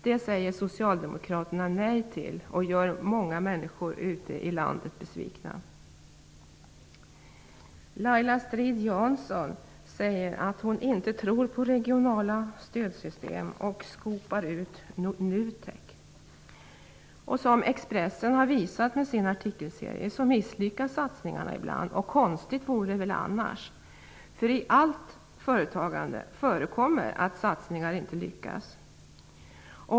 Det säger Socialdemokraterna nej till och gör många människor ute i landet besvikna. Laila Strid-Jansson säger att hon inte tror på regionala stödsystem och skopar ut NUTEK. Som Expressen har visat med sin artikelserie misslyckas satsningarna ibland -- konstigt vore det väl annars. I allt företagande förekommer det att satsningar inte lyckas.